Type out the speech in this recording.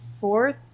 fourth